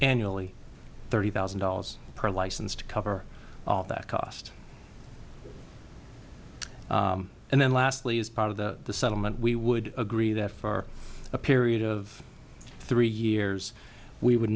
annually thirty thousand dollars per license to cover of that cost and then lastly as part of the settlement we would agree that for a period of three years we would